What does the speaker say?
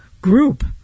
group